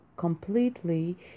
completely